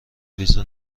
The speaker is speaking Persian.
ویزا